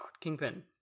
Kingpin